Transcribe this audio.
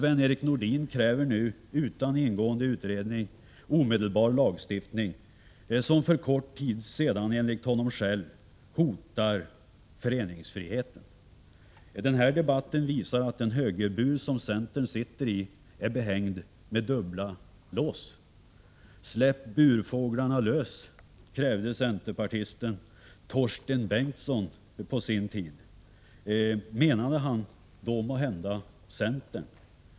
Sven Erik Nordin kräver i dag utan ingående utredning omedelbar lagstiftning, vilket han för kort tid sedan själv ansåg skulle hota föreningsfriheten. Denna debatt visar att den högerbur som centern sitter i är behängd med dubbla lås. Släpp burfåglarna lös, krävde centerpartisten Torsten Bengtson på sin tid. Menade han då måhända centern?